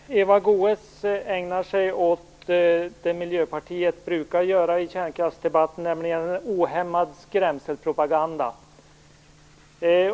Fru talman! Eva Goës ägnar sig åt det Miljöpartiet brukar göra i kärnkraftsdebatten, nämligen ohämmad skrämselpropaganda.